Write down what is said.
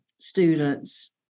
students